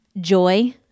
joy